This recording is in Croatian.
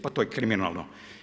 Pa to je kriminalno!